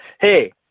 hey